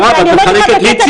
מירב, את מחלקת לי ציונים?